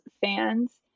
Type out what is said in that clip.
fans